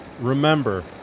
Remember